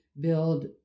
build